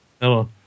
Hello